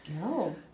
No